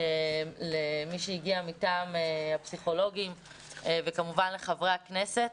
למי שהגיעה מטעם הפסיכולוגים וכמובן לחברי הכנסת.